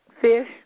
fish